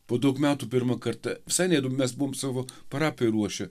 po daug metų pirmą kartą visai neįdo mes buvom savo parapija ruošė